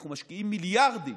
אנחנו משקיעים מיליארדים,